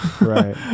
Right